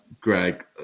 Greg